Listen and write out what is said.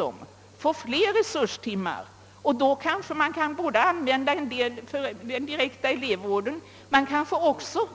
Då kan också vissa timmar brukas för den direkta elevvården, och i vissa fall kan timmar kanske också